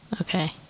Okay